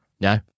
No